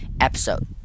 episode